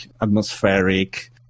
atmospheric